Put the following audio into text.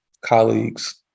colleagues